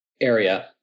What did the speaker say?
area